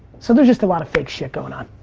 so there's just a lot of fake shit going on.